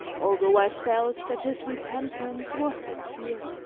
although i felt that his repentance was sincere.